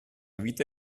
vita